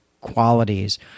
qualities